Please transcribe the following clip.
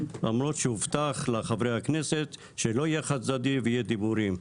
למרות שהובטח לחברי הכנסת שלא יהיה חד צדדי ויהיו דיבורים,